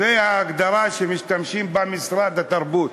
זו ההגדרה שמשתמשים בה במשרד התרבות,